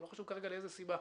ולא חשוב כרגע מאיזו סיבה,